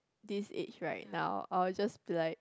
this age right now I'll just be like